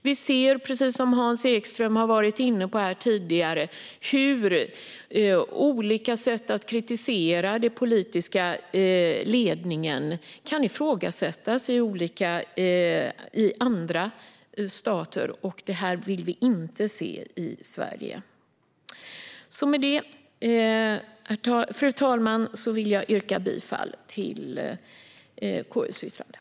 Vi ser, precis som Hans Ekström har varit inne på tidigare, hur olika sätt att kritisera den politiska ledningen kan ifrågasättas i andra stater. Det vill vi inte se i Sverige. Med detta, fru talman, vill jag yrka bifall till KU:s förslag.